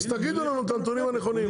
אז תגידו לנו את הנתונים הנכונים.